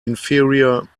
inferior